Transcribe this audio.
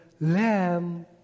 Lamb